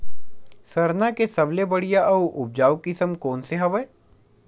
सरना के सबले बढ़िया आऊ उपजाऊ किसम कोन से हवय?